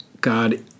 God